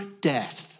death